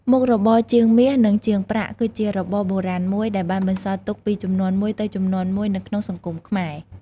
មុខរបរជាងមាស និងជាងប្រាក់ គឺជារបរបុរាណមួយ ដែលបានបន្សល់ទុកពីជំនាន់មួយទៅជំនាន់មួយនៅក្នុងសង្គមខ្មែរ។